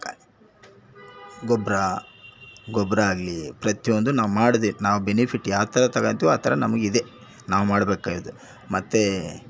ಗೊಬ್ಬರ ಗೊಬ್ಬರ ಆಗಲಿ ಪ್ರತಿಯೊಂದು ನಾವು ಮಾಡದೆ ನಾವು ಬೆನಿಫಿಟ್ ಯಾವ್ತರ ತಗೋಂತಿವೋ ಆ ಥರ ನಮಗ್ ಇದೆ ನಾವು ಮಾಡಬೇಕಾಗಿದ್ ಮತ್ತು